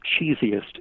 cheesiest